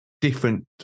different